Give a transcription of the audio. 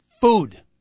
food